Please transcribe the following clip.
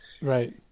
Right